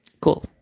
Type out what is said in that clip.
cool